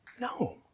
No